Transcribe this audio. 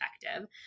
effective